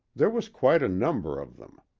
there was quite a number of them.